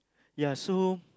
ya so